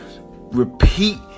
Repeat